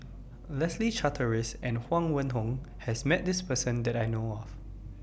Leslie Charteris and Huang Wenhong has Met This Person that I know of